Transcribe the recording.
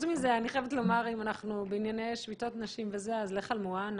אני ראיתי את סעיף 20 עד עכשיו בצורת